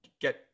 get